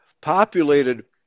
populated